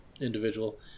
individual